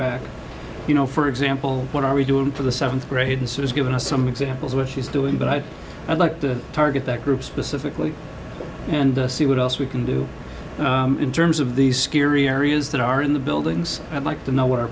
back you know for example what are we doing for the seventh grade and so has given us some examples where she's doing but i don't to target that group specifically and see what else we can do in terms of these scary areas that are in the buildings i'd like to know what our